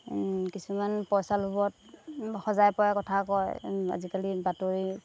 কিছুমান পইচা লোভত সজাই পৰাই কথা কয় আজিকালি বাতৰি